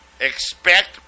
Expect